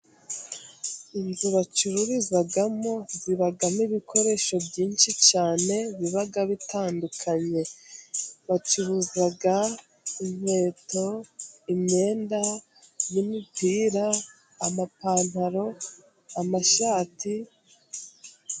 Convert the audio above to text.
Inzu bacururizamo zibamo ibikoresho byinshi cyane biba bitandukanye, bacuruza inkweto, imyenda y'imipira, amapantaro, amashati.